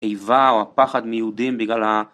איבה או הפחד מיהודים בגלל ה...